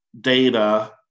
data